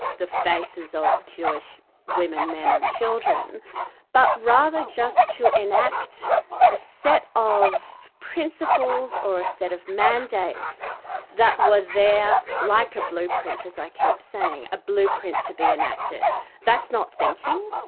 the faces of jewish women, men and children but rather just to enact a set of principles or a set of mandates that were there, like a blueprint as i keep saying a blueprint to be enacted that's not thinking.